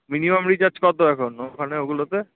minimum recharge কত এখন ওখানে ওগুলোতে